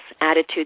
Attitudes